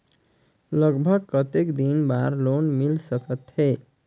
लगभग कतेक दिन बार लोन मिल सकत हे?